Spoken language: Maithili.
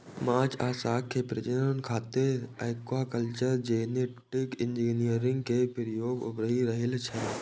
माछ आ शंख के प्रजनन खातिर एक्वाकल्चर जेनेटिक इंजीनियरिंग के प्रयोग उभरि रहल छै